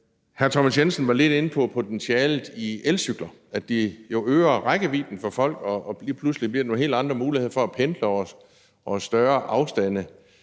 Hr. Thomas Jensen var lidt inde på potentialet i elcykler: at de øger rækkevidden for folk, og at der lige pludselig bliver nogle helt andre muligheder for at pendle over større afstande.